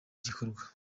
gikorwa